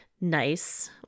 nice